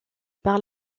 par